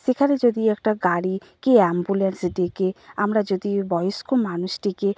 সেখানে যদি একটা গাড়ি কি অ্যাম্বুলেন্স ডেকে আমরা যদি বয়স্ক মানুষটিকে